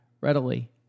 readily